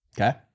Okay